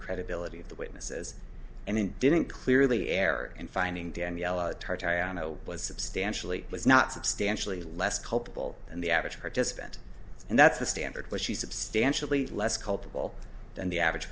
credibility of the witnesses and didn't clearly error in finding danielle was substantially was not substantially less culpable than the average participant and that's the standard was she substantially less culpable than the average